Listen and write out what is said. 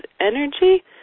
energy